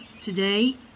today